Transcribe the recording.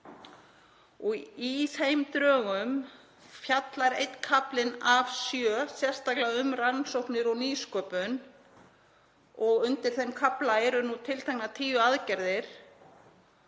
Í þeim drögum fjallar einn kaflinn af sjö sérstaklega um rannsóknir og nýsköpun og undir þeim kafla eru tilteknar tíu aðgerðir